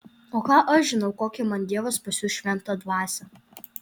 o ką aš žinau kokią man dievas pasiųs šventą dvasią